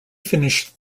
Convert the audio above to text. finished